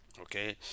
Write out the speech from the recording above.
okay